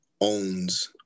owns